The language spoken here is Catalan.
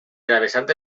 travessant